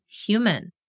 human